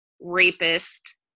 rapist